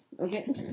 Okay